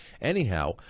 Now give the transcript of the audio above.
Anyhow